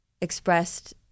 expressed